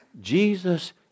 Jesus